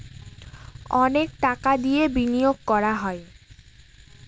অনেক টাকা দিয়ে বিনিয়োগ করা হয়